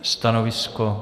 Stanovisko?